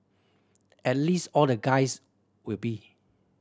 at least all the guys will be